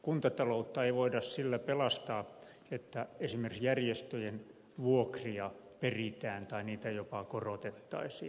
kuntataloutta ei voida sillä pelastaa että esimerkiksi järjestöjen vuokria peritään tai niitä jopa korotettaisiin